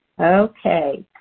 Okay